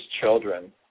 children